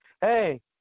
hey